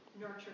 Nurture